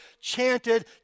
chanted